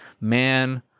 man